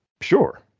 Sure